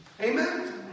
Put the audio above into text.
Amen